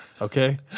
Okay